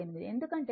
9848 ఎందుకంటే